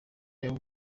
yaba